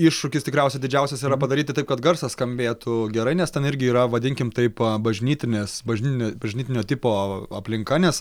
iššūkis tikriausiai didžiausias yra padaryti taip kad garsas skambėtų gerai nes ten irgi yra vadinkim taip bažnytinės bažnytinio bažnytinio tipo aplinka nes